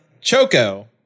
choco